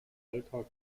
alltag